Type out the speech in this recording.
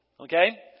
Okay